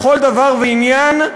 לכל דבר ועניין,